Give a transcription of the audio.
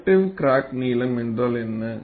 effective கிராக்நீளம் என்றால் என்ன